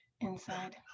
inside